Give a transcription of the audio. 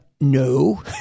No